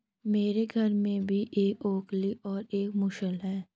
मेरे घर में भी एक ओखली और एक मूसल है